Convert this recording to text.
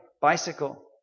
bicycle